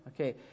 Okay